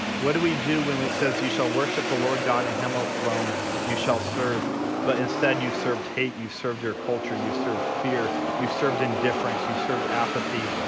what do we do when when it says you shall worship the lord god and him alone you shall serve but instead you've served hate you, served your culture, you serve fear, you've served indifference, you've served apathy,